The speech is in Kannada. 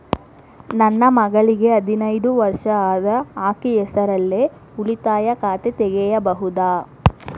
ನನ್ನ ಮಗಳಿಗೆ ಹದಿನೈದು ವರ್ಷ ಅದ ಅಕ್ಕಿ ಹೆಸರಲ್ಲೇ ಉಳಿತಾಯ ಖಾತೆ ತೆಗೆಯಬಹುದಾ?